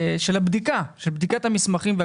של בדיקת המסמכים.